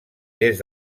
des